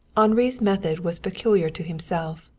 henri's method was peculiar to himself.